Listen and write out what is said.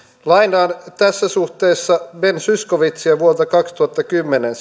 lainaan tässä suhteessa ben zyskowiczia vuodelta kaksituhattakymmenen